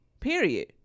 Period